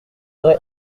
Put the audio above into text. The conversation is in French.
vrai